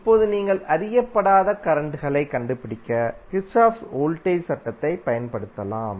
இப்போது நீங்கள் அறியப்படாத கரண்ட்களை கண்டுபிடிக்க கிர்ச்சோஃப்பின் வோல்டேஜ் சட்டத்தைப் பயன்படுத்தலாம்